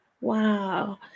wow